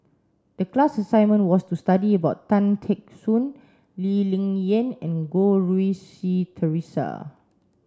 the class assignment was to study about Tan Teck Soon Lee Ling Yen and Goh Rui Si Theresa